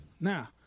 Now